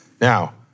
Now